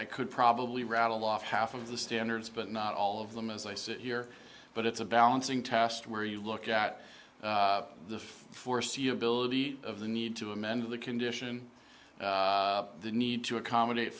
i could probably rattle off half of the standards but not all of them as i sit here but it's a balancing test where you look at the foreseeability of the need to amend the condition the need to accommodate